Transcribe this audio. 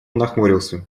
нахмурился